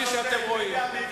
כפי שאתם רואים.